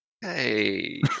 Hey